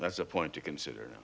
that's a point to consider